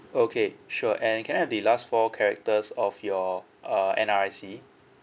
okay sure and can I have the last four characters of your uh N_R_I_C